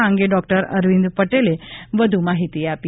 આ અંગે ડોક્ટર અરવિંદ પટેલે વધુ માહિતી આપી